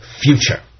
future